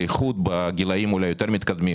בייחוד בגילאים יותר מתקדמים